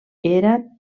era